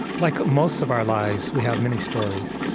like most of our lives, we have many stories.